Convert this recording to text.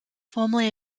formerly